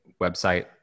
website